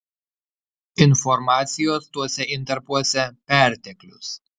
informacijos tuose intarpuose perteklius